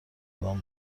زدن